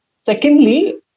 secondly